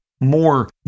more